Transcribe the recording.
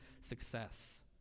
success